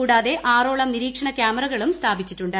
കൂടാതെ ് ആറോളം നിരീക്ഷണ ക്യാമറകളും സ്ഥാപിച്ചിട്ടുണ്ട്